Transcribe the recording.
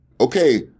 okay